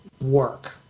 work